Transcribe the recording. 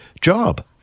job